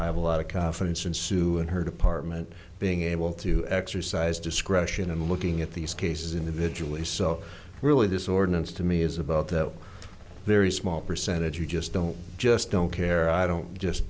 i have a lot of confidence in sue and her department being able to exercise discretion and looking at these cases individuals so really this ordinance to me is about that there is small percentage you just don't just don't care i don't just